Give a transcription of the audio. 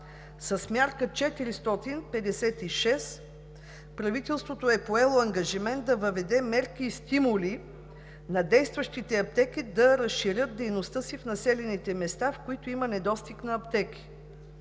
С Мярка 456 правителството е поело ангажимент да въведе мерки и стимули на действащите аптеки да разширят дейността си в населените места, в които има недостиг на аптеки,